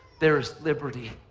there is liberty,